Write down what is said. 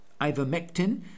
ivermectin